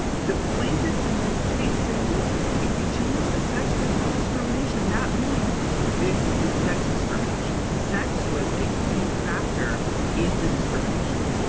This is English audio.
the plaintiffs in this case say look if you change the sex there is no discrimination that means this is sex discrimination. sex was a key factor in the discrimination